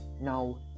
now